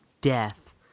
death